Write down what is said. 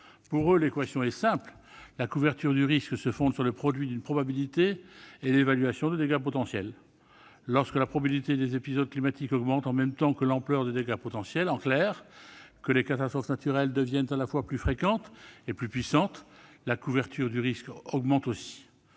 Pour eux, l'équation est simple : la couverture du risque se fonde sur le produit d'une probabilité et de l'évaluation de dégâts potentiels. Lorsque la probabilité des épisodes climatiques augmente en même temps que l'ampleur des dégâts potentiels- en clair, lorsque les catastrophes naturelles deviennent à la fois plus fréquentes et plus puissantes -, la couverture du risque augmente aussi.